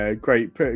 Great